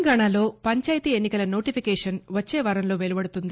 తెలంగాణలో పంచాయితీ ఎన్నికల నోటిఫికెషన్ వచ్చే వారంలో వెలువడుతుంది